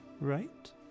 right